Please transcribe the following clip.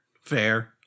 fair